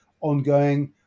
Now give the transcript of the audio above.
ongoing